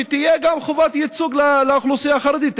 שתהיה גם חובת ייצוג לאוכלוסייה החרדית,